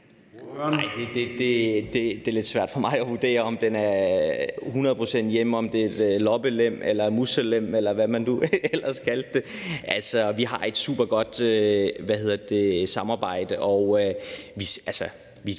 Det er lidt svært for mig at vurdere, om den er hundrede procent hjemme, og om det er en loppelem eller en muselem, eller hvad man nu ellers kaldte det. Vi har et supergodt samarbejde.